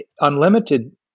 unlimited